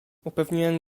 upewniłem